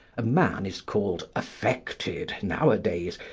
a man is called affected, nowadays,